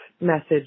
message